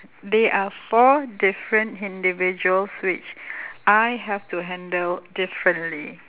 they are four different individuals which I have to handle differently